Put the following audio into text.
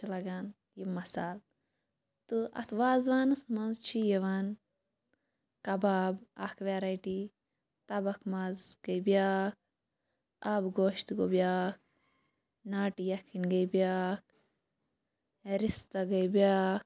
چھِ لَگان یہِ مَصالہٕ تہٕ اَتھ وازوانَس مَنٛز چھِ یِوان کباب اکھ ویٚرایٹی تَبَکھ ماز گٔے بیٛاکھ آبہٕ گوش تہٕ گوٚو بیٛاکھ ناٹہٕ یَکھٕنۍ گٔے بیٛاکھ رِستہٕ گٔے بیٛاکھ